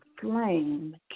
flame